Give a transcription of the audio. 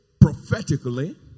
prophetically